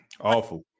Awful